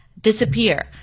disappear